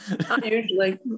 usually